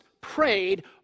prayed